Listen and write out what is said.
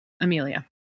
Amelia